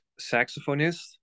saxophonist